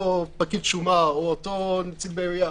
שאותו פקיד שומה או אותו פקיד עירייה